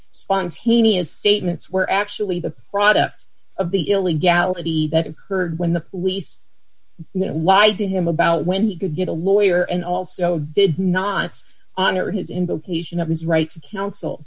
spontaneous statements were actually the product of the illegality that occurred when the police lied to him about when he could get a lawyer and also did not honor his invocation of his right to